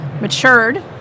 matured